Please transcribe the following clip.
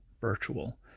virtual